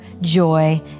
joy